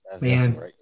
man